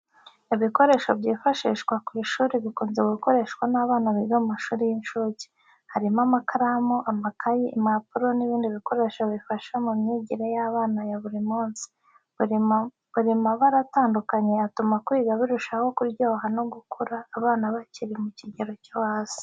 Ibikoresho byifashishwa ku ishuri bikunze gukoreshwa n’abana biga mu mashuri y'incuke. Harimo amakaramu, amakaye, impapuro, n’ibindi bikoresho bifasha mu myigire y’abana ya buri munsi. Biri mu mabara atandukanye atuma kwiga birushaho kuryoha no gukurura abana bakiri mu kigero cyo hasi.